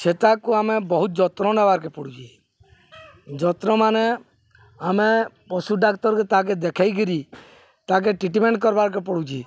ସେ ତାକୁ ଆମେ ବହୁତ ଯତ୍ନ ନେବାର୍କେ ପଡ଼ୁଚେ ଯତ୍ନମାନେ ଆମେ ପଶୁ ଡାକ୍ତରକେ ତାକେ ଦେଖେଇକିରି ତାକେ ଟ୍ରିଟମେଣ୍ଟ କରବାର୍କେ ପଡ଼ୁଚି